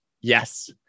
Yes